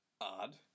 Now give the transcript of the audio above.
odd